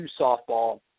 softball